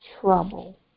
trouble